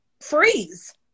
freeze